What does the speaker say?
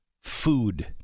food